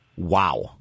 Wow